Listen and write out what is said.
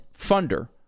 funder